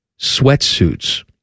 sweatsuits